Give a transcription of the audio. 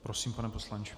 Prosím, pane poslanče.